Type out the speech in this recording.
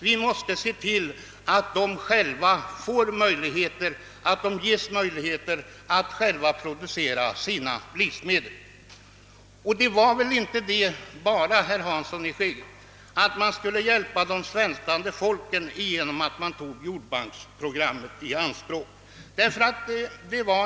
Vi måste se till att de fattiga länderna ges möjligheter att själva producera sina livsmedel. Det var väl inte bara, herr Hansson i Skegrie, för att hjälpa de svältande folken som man tog jordbanken i anspråk.